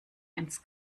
ins